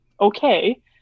okay